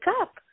up